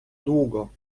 długo